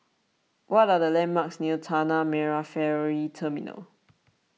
what are the landmarks near Tanah Merah Ferry Terminal